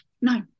no